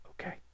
Okay